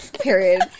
Period